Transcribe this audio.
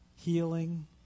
healing